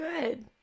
good